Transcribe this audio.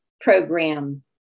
program